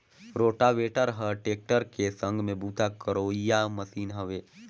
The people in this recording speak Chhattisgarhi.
रोटावेटर हर टेक्टर के संघ में बूता करोइया मसीन हवे